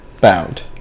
Bound